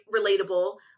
relatable